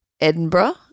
Edinburgh